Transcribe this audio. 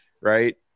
right